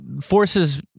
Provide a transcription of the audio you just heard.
forces